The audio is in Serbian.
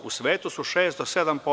U svetu su 6% do 7%